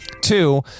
two